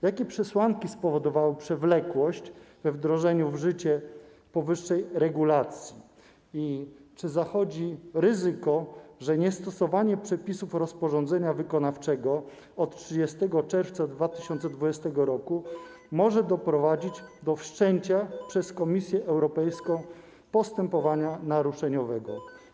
Jakie przesłanki spowodowały przewlekłość we wdrożeniu w życie powyższej regulacji i czy zachodzi ryzyko, że niestosowanie przepisów rozporządzenia wykonawczego od 30 czerwca 2020 r. może doprowadzić do wszczęcia przez Komisję Europejską postępowania naruszeniowego?